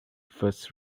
first